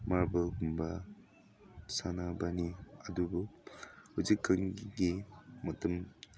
ꯃꯥꯔꯕꯣꯜꯒꯨꯝꯕ ꯁꯥꯟꯅꯕꯅꯤ ꯑꯗꯨꯕꯨ ꯍꯧꯖꯤꯛꯀꯥꯟꯒꯤ ꯃꯇꯝ